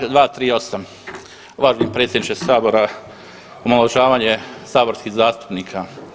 Čl. 238. uvaženi predsjedniče sabora, omalovažavanje saborskih zastupnika.